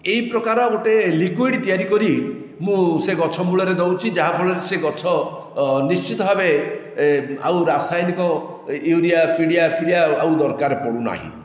ଏହି ପ୍ରକାର ଗୋଟିଏ ଲିକୁଇଡ଼ ତିଆରି କରି ମୁଁ ସେ ଗଛ ମୂଳରେ ଦେଉଛି ଯାହାଫଳରେ ସେ ଗଛ ନିଶ୍ଚିତ ଭାବେ ଆଉ ରାସାୟନିକ ୟୁରିଆ ପିଡ଼ିଆ ଫିଡ଼ିଆ ଆଉ ଦରକାର ପଡ଼ୁନାହିଁ